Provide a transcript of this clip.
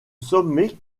sommet